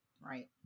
right